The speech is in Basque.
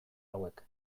hauek